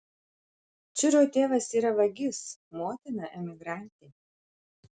čiro tėvas yra vagis motina emigrantė